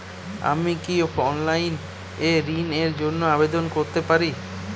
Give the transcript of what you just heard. আমি কি অনলাইন এ ঋণ র জন্য আবেদন করতে পারি?